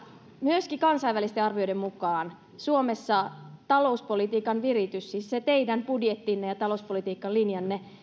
myöskin kansainvälisten arvioiden mukaan suomessa talouspolitiikan viritys siis se teidän budjettinne ja talouspolitiikkalinjanne